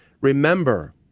Remember